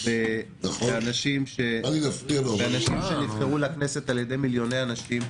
באנשים שנבחרו לכנסת על-ידי מיליוני אנשים.